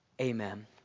Amen